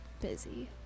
busy